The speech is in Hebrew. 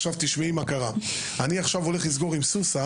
עכשיו אני הולך לסגור עם סוסן